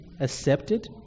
accepted